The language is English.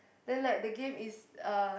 then like the game is like